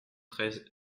treize